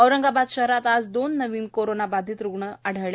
औरंगाबाद शहरात आज दोन नवीन कोरोनाबाधित रूग्ण आढळले